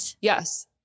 yes